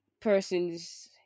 persons